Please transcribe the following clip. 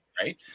right